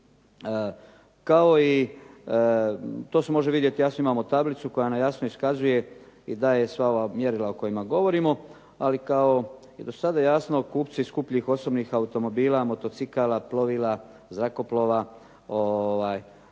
Kao i, to se može vidjeti, jasno imamo tablicu koja nam jasno iskazuje i daje sva ova mjerila o kojima govorimo, ali kao i do sada jasno kupci skupljih osobnih automobila, motocikala, plovila, zrakoplova